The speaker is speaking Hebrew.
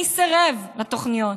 מי סירב לתוכניות?